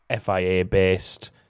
FIA-based